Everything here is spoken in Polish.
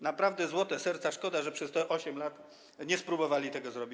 Naprawdę złote serca, szkoda, że przez te 8 lat nie spróbowali tego zrobić.